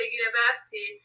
university